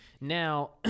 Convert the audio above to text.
Now